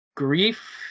Grief